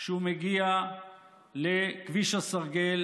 שהוא מגיע לכביש הסרגל